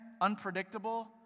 unpredictable